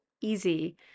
easy